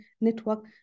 network